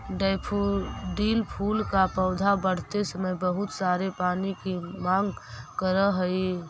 daffodil फूल का पौधा बढ़ते समय बहुत सारे पानी की मांग करअ हई